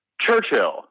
Churchill